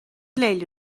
لیلی